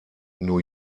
new